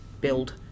build